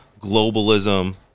globalism